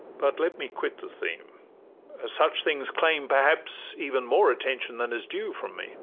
but let me quit the theme as such things claim perhaps even more attention than is due from me